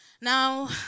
Now